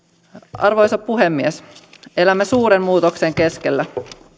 arvoisa puhemies elämme suuren muutoksen keskellä